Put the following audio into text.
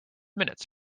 minutes